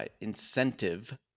incentive